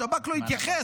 השב"כ לא התייחס.